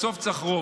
בסוף צריך רוב,